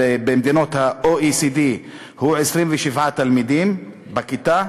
במדינות ה-OECD הוא 21 תלמידים בכיתה,